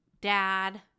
dad